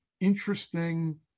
interesting